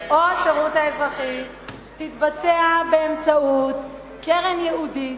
או השירות האזרחי תתבצע באמצעות קרן ייעודית,